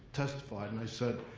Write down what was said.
testified and i said,